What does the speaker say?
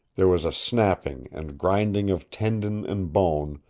there was a snapping and grinding of tendon and bone,